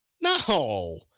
no